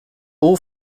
all